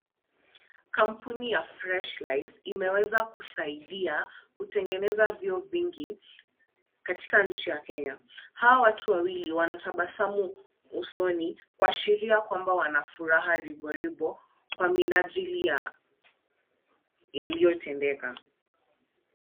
Kampuni ya freshlife imeweza kusaidia kutengeneza vyoo vingi katika nchi ya Kenya. Hawa watu wawili wanatabasamu usoni, kuashiria kwamba wana furaha riboribo kwa minajili ya yaliyotendeka.